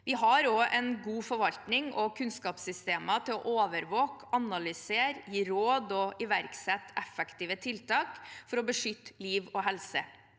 Vi har også en god forvaltning og kunnskapssystemer til å overvåke, analysere, gi råd og iverksette effektive tiltak for å beskytte liv og helse.